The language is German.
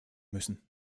müssen